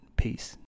Peace